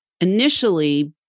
initially